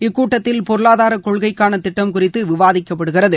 இக்கூட்டத்தில் பொருளாதார கொள்கைக்கான திட்டம் குறித்து விவாதிக்கப்பகிறது